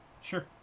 sure